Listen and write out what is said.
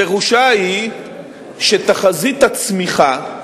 פירושה הוא שתחזית הצמיחה,